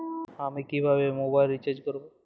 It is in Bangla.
আমি কিভাবে মোবাইল রিচার্জ করব?